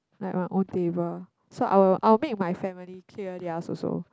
like my own table so I would I will make my family clear theirs also